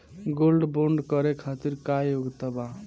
Gold bond करे खातिर का योग्यता बा?